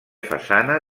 façana